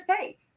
pay